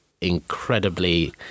incredibly